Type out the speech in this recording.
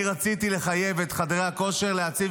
אני רציתי לחייב את חדרי הכושר להציב